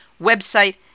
website